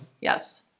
Yes